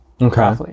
okay